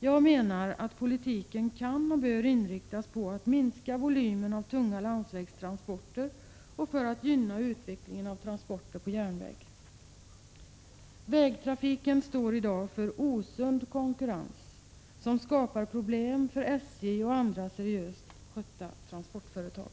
Jag menar att politiken kan och bör inriktas på att man skall minska volymen av tunga landsvägstransporter och gynna utvecklingen av transporter på järnväg. Vägtrafiken i dag står för osund konkurrens, som skapar problem för SJ och andra seriöst skötta transportföretag.